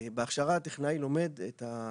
בהכשרה הטכנאי לומד את התקן,